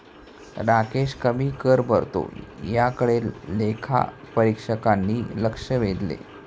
राकेश कमी कर भरतो याकडे लेखापरीक्षकांनी लक्ष वेधले